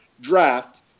draft